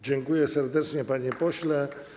Dziękuję serdecznie, panie pośle.